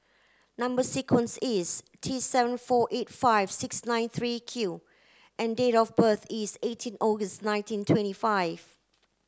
number sequence is T seven four eight five six nine three Q and date of birth is eighteen August nineteen twenty five